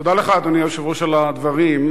תודה לך, אדוני היושב-ראש, על הדברים.